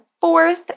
fourth